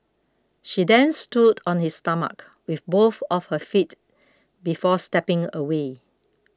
she then stood on his stomach with both of her feet before stepping away